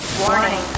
Warning